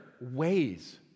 ways